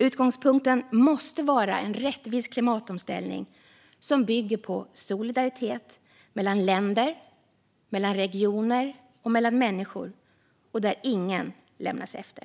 Utgångspunkten måste vara en rättvis klimatomställning som bygger på solidaritet mellan länder, mellan regioner och mellan människor och där ingen lämnas efter.